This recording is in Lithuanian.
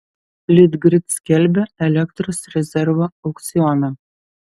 litgrid skelbia elektros rezervo aukcioną